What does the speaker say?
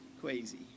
crazy